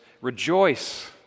rejoice